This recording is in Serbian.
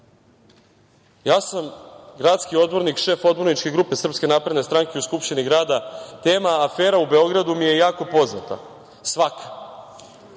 Ja sam gradski odbornik, šef odborničke grupe Srpske napredne stranke u Skupštini grada tema afera u Beogradu mi je jako poznata svaka,